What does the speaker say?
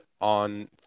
on